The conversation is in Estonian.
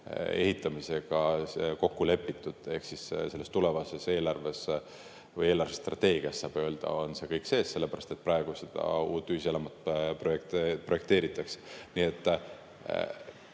ehitamisega kokku lepitud. Ehk siis selles tulevases eelarves või eelarvestrateegias on see kõik sees, sellepärast et praegu seda uut ühiselamut projekteeritakse.